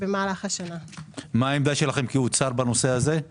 השעה שהובאה בפניכם הבוקר מציעה שבשנת 2023 שיעור ההפרשה יעמוד על 0%,